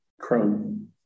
Chrome